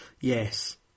Yes